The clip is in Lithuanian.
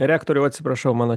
rektoriau atsiprašau mano